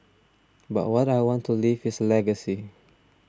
but what I want to leave is a legacy